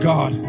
God